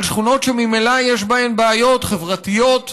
על שכונות שממילא יש בהן בעיות חברתיות קשות,